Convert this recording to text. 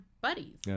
buddies